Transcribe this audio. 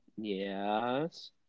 Yes